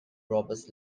robbers